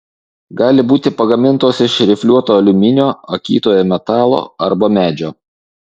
gali būti pagamintos iš rifliuotojo aliuminio akytojo metalo arba medžio